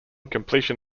completion